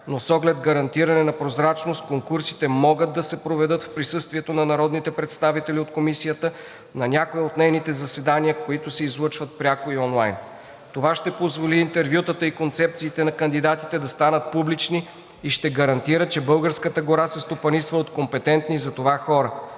но с оглед гарантиране на прозрачност конкурсите могат да се проведат в присъствието на народните представители от Комисията на някое от нейните заседания, които се излъчват пряко и онлайн. Това ще позволи интервютата и концепциите на кандидатите да станат публични и ще гарантира, че българската гора се стопанисва от компетентни за това хора.